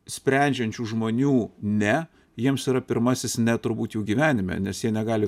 sprendžiančių žmonių ne jiems yra pirmasis ne turbūt jų gyvenime nes jie negali